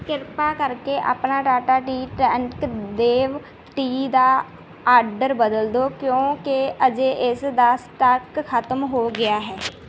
ਕ੍ਰਿਪਾ ਕਰਕੇ ਆਪਣਾ ਟਾਟਾ ਟੀ ਟੈਂਕ ਦੇਵ ਟੀ ਦਾ ਆਰਡਰ ਬਦਲ ਦਿਓ ਕਿਉਂਕਿ ਅਜੇ ਇਸ ਦਾ ਸਟਾਕ ਖਤਮ ਹੋ ਗਿਆ ਹੈ